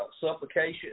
supplication